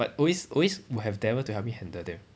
but always always will have darryl to help me handle them